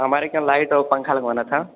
हमारे क्या लाइट और पंखा लगवाना था